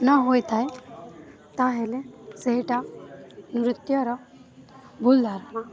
ନ ହୋଇଥାଏ ତାହେଲେ ସେଇଟା ନୃତ୍ୟର ଭୁଲ୍ ଧାରଣା